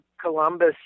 Columbus